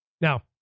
Now